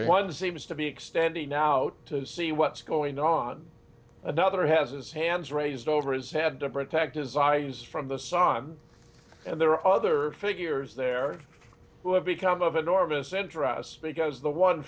ok one seems to be extending out to see what's going on another has its hands raised over his head to protect his eyes from the sun and there are other figures there who have become of enormous interest because the one